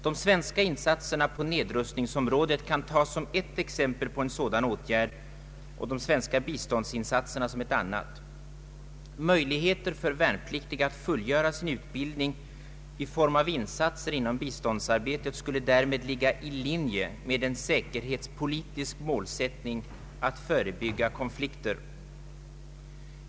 De svenska insatserna på nedrustningsområdet kan tas som ett exempel på en sådan åtgärd och de svenska biståndsinsatserna som ett annat. Möjligheter för värnpliktiga att fullgöra sin utbildning i form av insatser inom biståndsarbetet skulle därmed ligga i linje med en säkerhetspolitisk målsättning att förebygga konflikter.